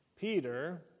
Peter